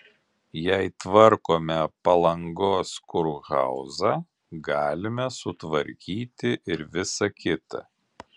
jei tvarkome palangos kurhauzą galime sutvarkyti ir visa kita